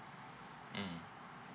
mm